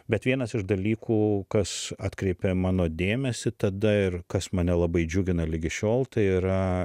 bet vienas iš dalykų kas atkreipė mano dėmesį tada ir kas mane labai džiugina ligi šiol tai yra